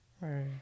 Right